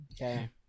Okay